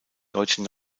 deutschen